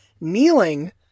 kneeling